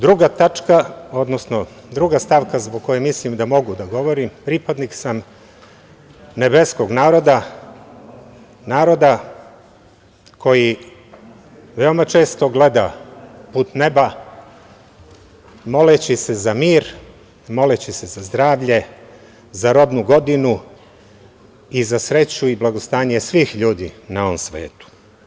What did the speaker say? Druga stavka zbog koje mislim da mogu da govorim, pripadnik sam nebeskog naroda, naroda koji veoma često gleda put neba moleći se za mir, moleći se za zdravlje, za rodnu godinu i za sreću i blagostanje svih ljudi na ovom svetu.